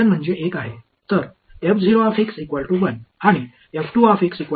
எனவே நான் எடுத்துக்கொள்கிறேன் என்று நினைக்கிறேன் 1 முதல் 1 வரையிலான இடைவெளியை உங்களுக்கு தருகிறேன்